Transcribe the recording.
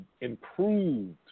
improved